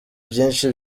vyinshi